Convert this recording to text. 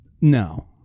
No